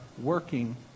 working